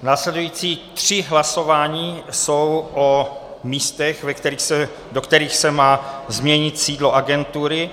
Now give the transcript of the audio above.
Následující 3 hlasování jsou o místech, do kterých se má změnit sídlo agentury.